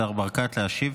השר ברקת, להשיב.